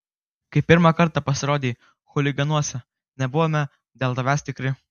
kai pirmą kartą pasirodei chuliganuose nebuvome dėl tavęs tikri